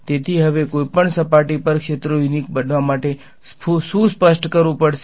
તેથી હવે કઈ સપાટી પર ક્ષેત્રો યુનીક બનવા માટે મારે શું સ્પષ્ટ કરવું પડશે